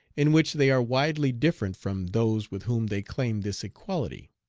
in which they are widely different from those with whom they claim this equality.